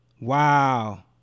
Wow